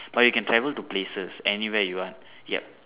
but you can travel to places anywhere you want yup